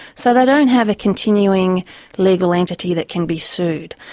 so they don't have a continuing legal entity that can be sued.